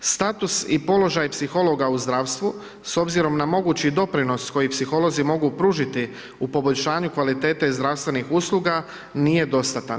Status i položaj psihologa u zdravstvu s obzirom na mogući doprinos koji psiholozi mogu pružiti u poboljšanju kvalitete zdravstvenih usluga nije dostatan.